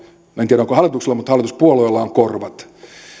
en tiedä onko hallituksella mutta hallituspuolueilla on korvat